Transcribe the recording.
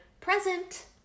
present